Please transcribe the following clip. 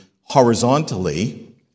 horizontally